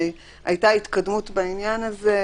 הייתה התקדמות בעניין הזה.